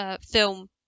film